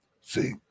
See